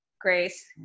Grace